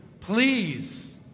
please